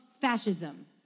fascism